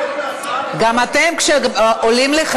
רשאי לדבר,